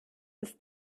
ist